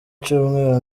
cyumweru